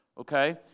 okay